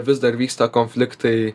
vis dar vyksta konfliktai